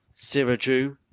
sirrah jew,